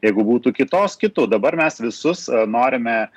jeigu būtų kitos kitu dabar mes visus norime